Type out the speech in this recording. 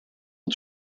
est